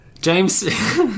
James